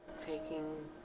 taking